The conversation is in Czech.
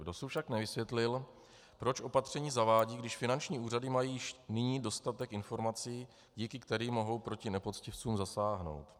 Dosud však nevysvětlil, proč opatření zavádí, když finanční úřady mají již nyní dostatek informací, díky kterým mohou proti nepoctivcům zasáhnout.